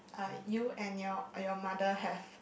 uh you and your your mother have